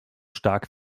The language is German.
stark